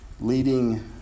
leading